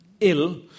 ill